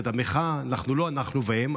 כלומר המחאה היא לא "אנחנו והם".